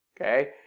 Okay